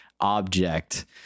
object